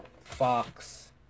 Fox